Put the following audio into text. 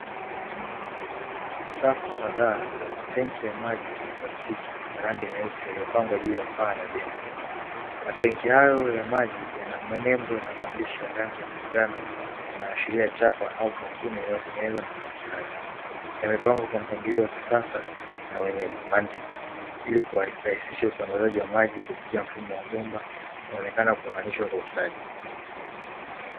Safu kadhaa za matenki ya maji ya plastiki ya rangi nyeusi yaliyopangwa juu ya paa la jengo. Matenki hayo ya maji yana nembo na maandishi ya rangi ya manjano yanaashiria chapa au kampuni inayotengeneza matenki hayo. Yamepangwa kwa mpangilio wa kisasa na wenye mantiki ili kurahisisha usambazaji wa maji kupitia mfumo wa bomba unaonekana kuunganishwa kwa ustadi.